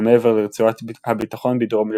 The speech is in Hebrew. שמעבר לרצועת הביטחון בדרום לבנון.